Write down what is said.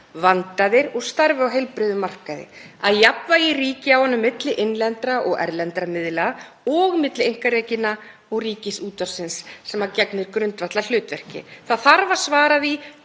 vandaðir og starfi á heilbrigðum markaði, að jafnvægi ríki á honum milli innlendra og erlendra miðla og milli einkarekinna miðla og Ríkisútvarpsins sem gegnir grundvallarhlutverki. Það þarf að svara því